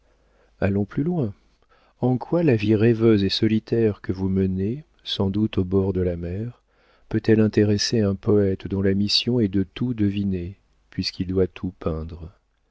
allons plus loin en quoi la vie rêveuse et solitaire que vous menez sans doute au bord de la mer peut-elle intéresser un poëte dont la mission est de tout deviner puisqu'il doit tout peindre